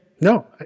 No